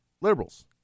Liberals